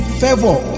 favor